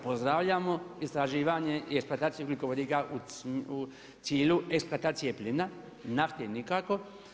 Pozdravljamo istraživanje i eksploataciju ugljikovodika u cilju eksploatacije plina, nafte nikako.